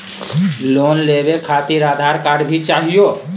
Loan लेवे खातिरआधार card भी चाहियो?